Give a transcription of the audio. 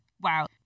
wow